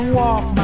walk